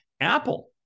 Apple